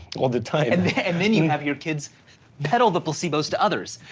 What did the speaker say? all the time. and then you have your kids peddle the placebos to others,